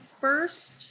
first